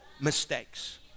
mistakes